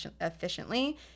efficiently